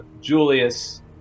julius